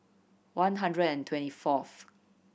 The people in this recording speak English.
one hundred and twenty fourth